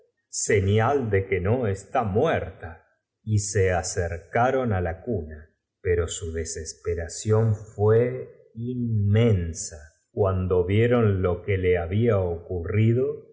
señal de que no está mue ta y se acercaron á la cuna pero s u desesperació n fuá inmensa cuando vieron lo que le había ocurrido